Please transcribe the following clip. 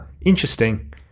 interesting